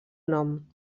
nom